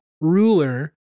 ruler